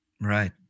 right